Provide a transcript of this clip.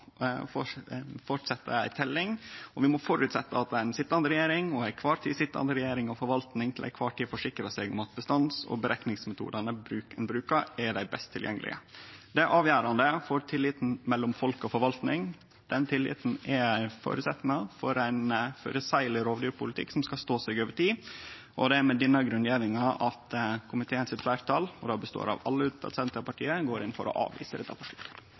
ei teljing, og vi må føresetje at den sitjande regjeringa – og den til kvar tid sitjande regjeringa og forvaltinga – til kvar tid forsikrar seg om at bestands- og berekningsmetodane ein brukar, er dei best tilgjengelege. Det er avgjerande for tilliten mellom folk og forvalting. Den tilliten er ein føresetnad for ein føreseieleg rovdyrpolitikk som skal stå seg over tid, og det er med denne grunngjevinga fleirtalet i komiteen – og det består av alle unnateke Senterpartiet – går inn for å avvise dette forslaget.